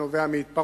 מה נובע מהתפרעות